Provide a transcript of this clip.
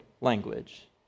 language